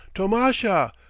tomasha!